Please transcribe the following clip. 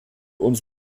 uns